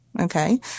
Okay